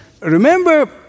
Remember